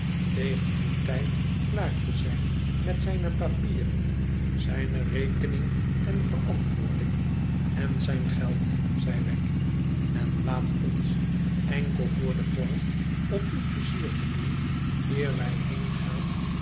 tegen dien tijd klaar te zijn met zijne papieren zijne rekening en verantwoording en zijn geld zei wegg n laat ons enkel voor den vorm om u pleizier te doen eer